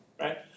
right